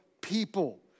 people